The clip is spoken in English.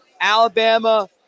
Alabama